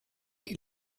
que